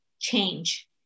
change